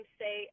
say